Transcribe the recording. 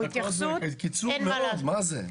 זה קצר מאוד, מה זה?